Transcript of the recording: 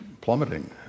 plummeting